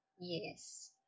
Yes